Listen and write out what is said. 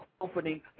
opening